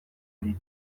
ere